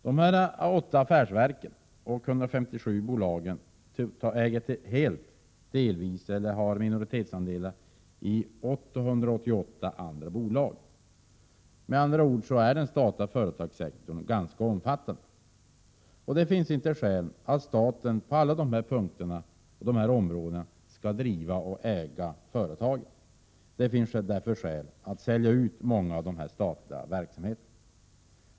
De 8 affärsverken och 157 bolagen äger helt eller delvis eller innehar minoritetsandelar i 888 andra bolag. Med andra ord är den statliga företagssektorn ganska omfattande. Det finns inte några skäl för att staten på alla dessa områden skall driva och äga företag. Det är därför motiverat att sälja ut många av de statliga verksamheterna.